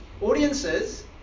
audiences